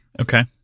Okay